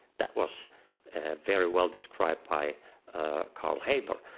that was very well described by carl haber.